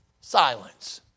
silence